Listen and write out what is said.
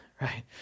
right